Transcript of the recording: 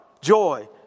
joy